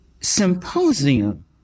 symposium